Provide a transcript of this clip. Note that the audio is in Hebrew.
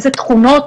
איזה תכונות.